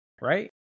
right